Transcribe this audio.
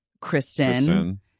kristen